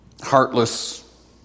heartless